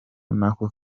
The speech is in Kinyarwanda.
n’aho